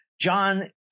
John